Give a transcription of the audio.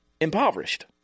impoverished